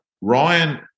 Ryan